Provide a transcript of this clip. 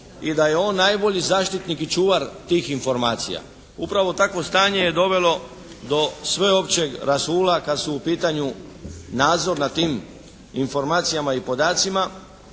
i da je on najbolji zaštitnik i čuvar tih informacija. Upravo takvo stanje je dovelo do sveopćeg rasula kad su u pitanju nadzor nad tim informacijama i podacima.